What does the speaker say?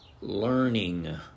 learning